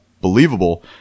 believable